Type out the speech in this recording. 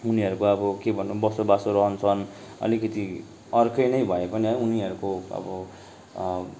उनीहरूको अब के भनौँ बसोबासो रहन सहन अलिकति अर्कै नै भए पनि उनीहरूको अब